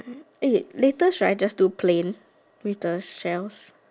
eh latest should I just do plain with the shells